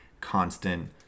constant